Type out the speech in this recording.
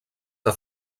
que